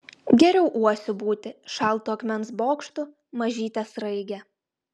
geriau uosiu būti šaltu akmens bokštu mažyte sraige